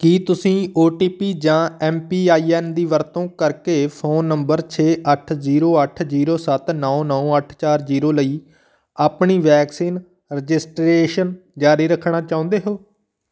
ਕੀ ਤੁਸੀਂ O T P ਜਾਂ M P I N ਦੀ ਵਰਤੋਂ ਕਰਕੇ ਫ਼ੋਨ ਨੰਬਰ ਛੇ ਅੱਠ ਜ਼ੀਰੋ ਅੱਠ ਜ਼ੀਰੋ ਸੱਤ ਨੌਂ ਨੌਂ ਅੱਠ ਚਾਰ ਜ਼ੀਰੋ ਲਈ ਆਪਣੀ ਵੈਕਸੀਨ ਰਜਿਸਟ੍ਰੇਸ਼ਨ ਜਾਰੀ ਰੱਖਣਾ ਚਾਹੁੰਦੇ ਹੋ